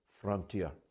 frontier